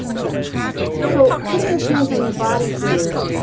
yeah so putting your hands on your body here,